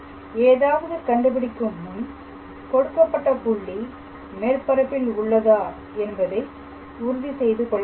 ஏதாவது கண்டுபிடிக்கும் முன் கொடுக்கப்பட்ட புள்ளி மேற்பரப்பில் உள்ளதா என்பதை உறுதி செய்துகொள்ள வேண்டும்